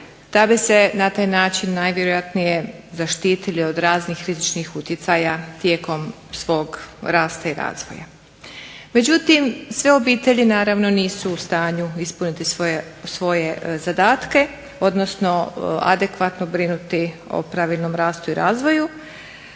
da bi se na taj način najvjerojatnije zaštitili od raznih rizičnih utjecaja tijekom svog rasta i razvoja. Međutim, sve obitelji naravno nisu u stanju ispuniti svoje zadatke, odnosno adekvatno brinuti o pravilnom rastu i razvoju